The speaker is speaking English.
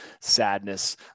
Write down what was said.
sadness